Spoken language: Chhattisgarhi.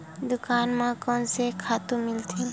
दुकान म कोन से खातु मिलथे?